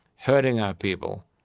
hurting our people,